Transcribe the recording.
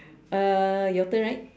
uh your turn right